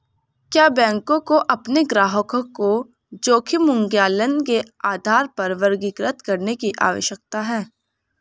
क्या बैंकों को अपने ग्राहकों को जोखिम मूल्यांकन के आधार पर वर्गीकृत करने की आवश्यकता है?